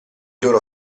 loro